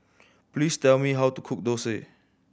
please tell me how to cook dosa